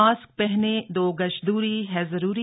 mask पहनें दो गज दूरी है जरूरी